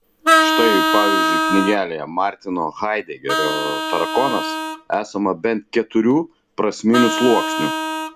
štai pavyzdžiui knygelėje martino haidegerio tarakonas esama bent keturių prasminių sluoksnių